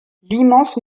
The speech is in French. l’immense